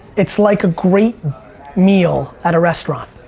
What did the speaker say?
it's like a great meal at a restaurant.